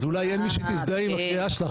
אז אולי אין מי שתזדהה עם הקריאה שלך.